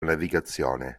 navigazione